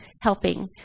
helping